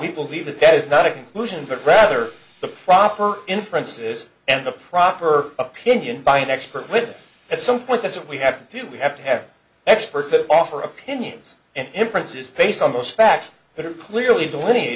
believe that that is not a conclusion but rather the proper inference is and the proper opinion by an expert witness at some point that's what we have to do we have to have experts that offer opinions and inferences based on those facts that are clearly delineate